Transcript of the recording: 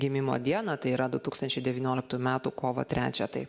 gimimo dieną tai yra du tūkstančiai devynioliktų metų kovo trečią tai